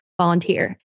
volunteer